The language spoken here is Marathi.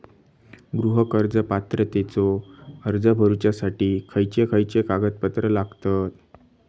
गृह कर्ज पात्रतेचो अर्ज भरुच्यासाठी खयचे खयचे कागदपत्र लागतत?